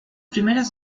primeras